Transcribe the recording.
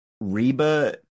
Reba